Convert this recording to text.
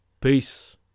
Peace